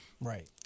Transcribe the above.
right